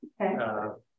Okay